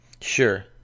Sure